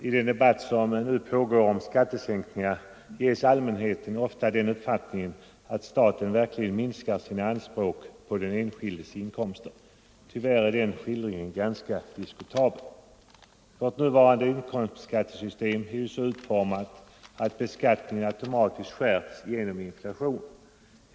Herr talman! I den debatt om skattesänkningar som nu pågår ges allmänheten ofta den uppfattningen att staten verkligen minskar sina anspråk på den enskildes inkomster. Tyvärr är den skildringen ganska diskutabel. Vårt nuvarande inkomstskattesystem är ju så utformat att beskattningen automatiskt skärpts genom inflationen.